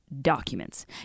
documents